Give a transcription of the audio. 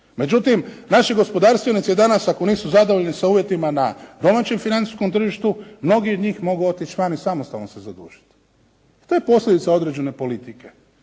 Međutim, naši gospodarstvenici danas ako nisu zadovoljni sa uvjetima na domaćem financijskom tržištu, mnogi od njih mogu otići van i samostalno se zadužiti. To je posljedica određene politike.